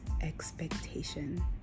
expectation